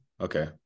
okay